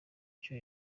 cyo